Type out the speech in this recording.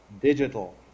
Digital